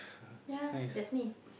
ya that's me